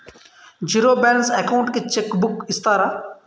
Zero balance account కి cheque book ఇస్తారా?